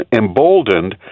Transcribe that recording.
emboldened